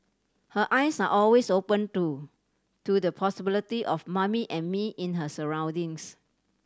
her eyes are always open too to the possibility of Mummy and Me in her surroundings